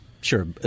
sure